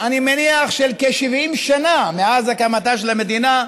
אני מניח של כ-70 שנה, מאז הקמתה של המדינה,